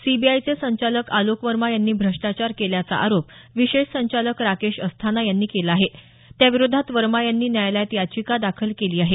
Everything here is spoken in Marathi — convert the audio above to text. सीबीआयचे संचालक आलोक वर्मा यांनी भ्रष्टाचार केल्याचा आरोप विशेष संचालक राकेश अस्थाना यांनी केला आहे त्या विरोधात वर्मा यांनी न्यायालयात याचिका दाखल केली आहे